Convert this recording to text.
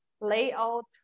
layout